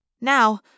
Now